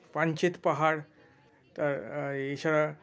পাঞ্চেত পাহাড় তা এছাড়া